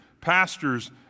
pastors